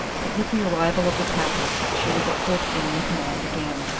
but with the arrival of the packers she was afoot and in command again,